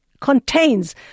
contains